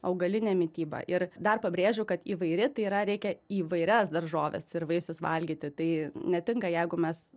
augalinė mityba ir dar pabrėžiu kad įvairi tai yra reikia įvairias daržoves ir vaisius valgyti tai netinka jeigu mes